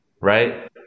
right